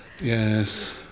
Yes